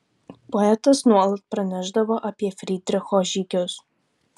poetas nuolat pranešdavo apie frydricho žygius